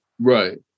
Right